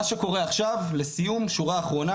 מה שקורה עכשיו, לסיום, שורה אחרונה